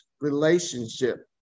relationship